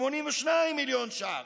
82 מיליון שקל,